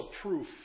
proof